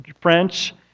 French